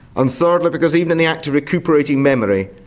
and thirdly because even in the act of recuperating memory,